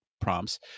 prompts